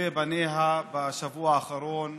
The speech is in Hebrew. מטובי בניה בשבוע האחרון